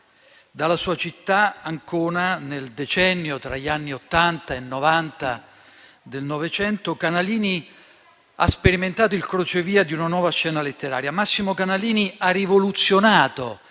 Dalla sua città, Ancona, nel decennio tra gli anni Ottanta e Novanta del Novecento, Canalini ha sperimentato il crocevia di una nuova scena letteraria. Massimo Canalini ha rivoluzionato